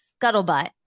scuttlebutt